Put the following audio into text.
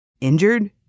Injured